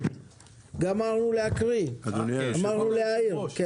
לכן הצעתי, אדוני, אם אדוני יכול לכתוב בחוק שחובה